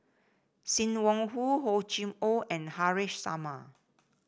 Sim Wong Hoo Hor Chim Or and Haresh Sharma